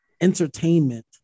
entertainment